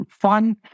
fun